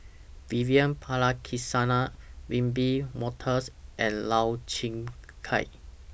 Vivian Balakrishnan Wiebe Wolters and Lau Chiap Khai